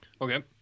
Okay